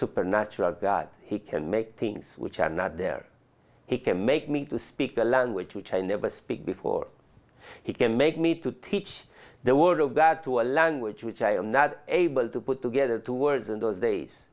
supernatural god he can make things which are not there he can make me to speak the language which i never speak before he can make me to teach the word of god to a language which i am not able to put together two words in those days